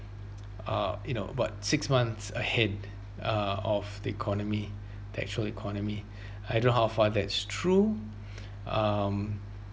uh you know about six months ahead uh of the economy the actual economy I don't know how far that's true um